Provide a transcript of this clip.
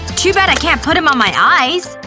too bad i can't put em on my eyes.